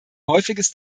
häufiges